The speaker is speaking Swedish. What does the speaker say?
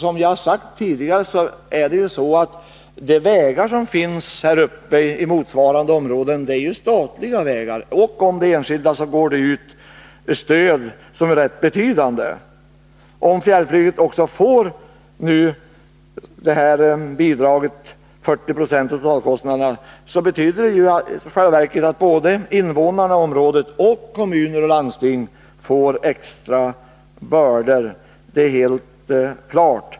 Som jag sagt tidigare är det ju så att de vägar som finns i motsvarande områden är statliga vägar. Om det är fråga om enskilda vägar utgår rätt betydande stöd. Om fjällflyget nu får detta bidrag på 40 90 av totalkostnaderna, så betyder det i själva verket att både invånarna i området liksom kommuner och landsting får extra bördor. Det är helt klart.